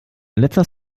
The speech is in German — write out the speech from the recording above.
letzter